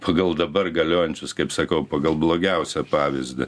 pagal dabar galiojančius kaip sakau pagal blogiausią pavyzdį